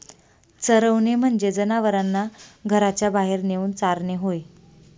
चरवणे म्हणजे जनावरांना घराच्या बाहेर नेऊन चारणे होय